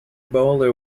bowler